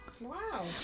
Wow